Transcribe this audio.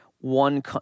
one